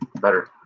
better